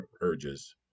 urges